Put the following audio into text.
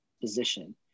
position